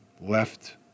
left